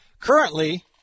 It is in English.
Currently